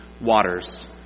waters